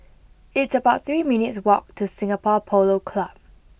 it's about three minutes' walk to Singapore Polo Club